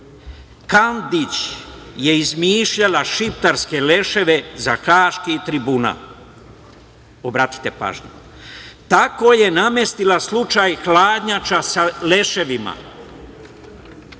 je izmišljala šiptarske leševe za Haški tribunal. Tako je namestila slučaj „Hladnjača“ sa leševima.